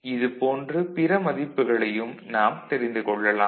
இது போன்று பிற மதிப்புகளையும் நாம் தெரிந்து கொள்ளலாம்